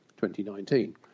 2019